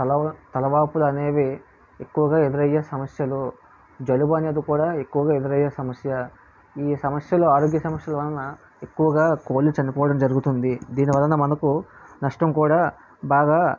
తల తలవాపులు అనేవి ఎక్కువగా ఎదురయ్యే సమస్యలు జలుబు అనేది కూడా ఎక్కువగా ఎదురయ్యే సమస్య ఈ సమస్యలు ఆరోగ్య సమస్యలు వలన ఎక్కువగా కోళ్ళు చనిపోవడం జరుగుతుంది దీని వలన మనకు నష్టం కూడా బాగా